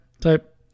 type